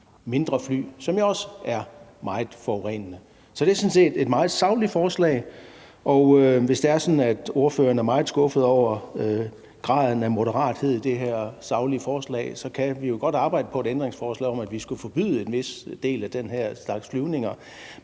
mindre fly, som jo også er meget forurenende. Så det er sådan set et meget sagligt forslag. Hvis det er sådan, at ordføreren er meget skuffet over graden af moderathed i det her saglige forslag, kan vi jo godt arbejde på et ændringsforslag om, at vi skulle forbyde en vis del af den her slags flyvninger.